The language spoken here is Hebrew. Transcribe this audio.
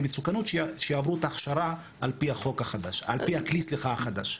מסוכנות שיעברו את ההכשרה על פי הכלי החדש.